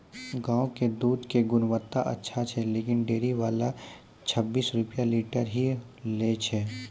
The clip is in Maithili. गांव के दूध के गुणवत्ता अच्छा छै लेकिन डेयरी वाला छब्बीस रुपिया लीटर ही लेय छै?